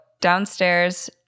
downstairs –